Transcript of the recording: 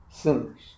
sinners